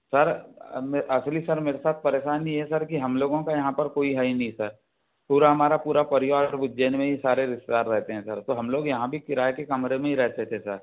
sir actually sir मेरे साथ परेशानी ये है सर की हम लोगों का यहाँ पर कोई है ही नहीं सर पूरा हमारा पूरा परिवार उज्जैन में ही सारे रिश्तेदार रहते है सर तो हम लोग यहाँ भी किराये के कमरे में ही रहते थे सर